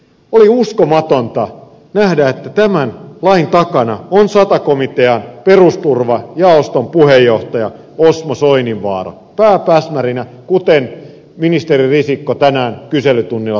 oli uskomatonta nähdä että tämän lain takana on sata komitean perusturvajaoston puheenjohtaja osmo soininvaara pääpäsmärinä kuten ministeri risikko tänään kyselytunnilla toi esille